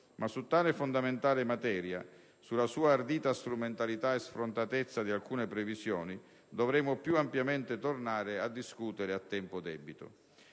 Ma su tale fondamentale materia, sulla ardita strumentalità e sfrontatezza di alcune previsioni, dovremo più ampiamente tornare a discutere a tempo debito.